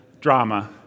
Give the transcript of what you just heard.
drama